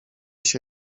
się